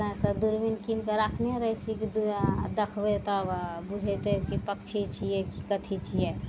तै सँ दूरबीन कीनिकऽ राखने रहय छियै कि देखबइ तब बुझेतइ की पक्षी छियै कि कथी छियै